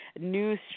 new